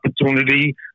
opportunity